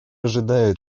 ожидает